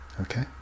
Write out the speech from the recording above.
Okay